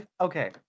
Okay